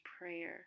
prayer